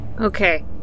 Okay